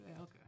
Okay